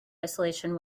isolation